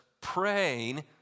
praying